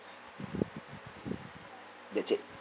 that's it